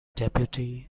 deputy